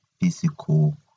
physical